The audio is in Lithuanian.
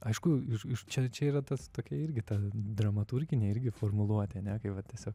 aišku iš čia čia yra tas tokia irgi ta dramaturginė irgi formuluotė ane kai va tiesiog